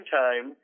time